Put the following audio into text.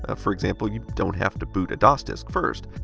ah for example, you don't have to boot a dos disk first.